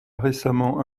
récemment